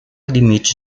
limite